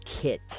kit